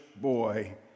boy